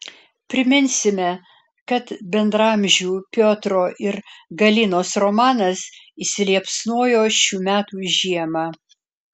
priminsime kad bendraamžių piotro ir galinos romanas įsiliepsnojo šių metų žiemą